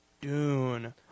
Dune